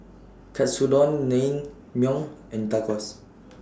Katsudon Naengmyeon and Tacos